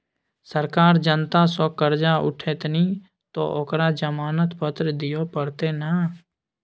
सरकार जनता सँ करजा उठेतनि तँ ओकरा जमानत पत्र दिअ पड़तै ने